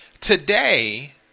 Today